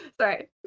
Sorry